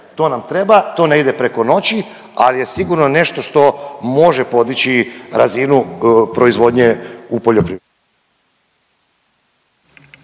To nam treba, to ne ide preko noći, ali je sigurno nešto što može podići razinu proizvodnje u poljoprivredi.